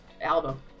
album